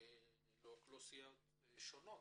לאוכלוסיות שונות.